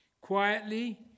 Quietly